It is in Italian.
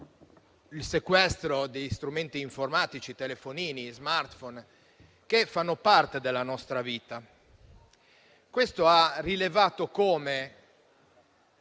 sul sequestro degli strumenti informatici, telefonini e *smartphone*, che fanno parte della nostra vita. Questa lacuna ha rilevato come